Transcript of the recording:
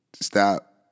stop